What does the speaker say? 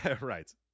right